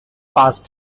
passed